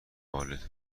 بالت